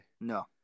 No